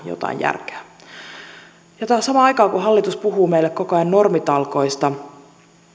jotain järkeä ja samaan aikaan kun hallitus puhuu meille koko ajan normitalkoista